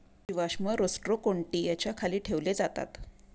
जीवाश्म रोस्ट्रोकोन्टि याच्या खाली ठेवले जातात